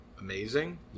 amazing